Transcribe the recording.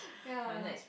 ya